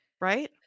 Right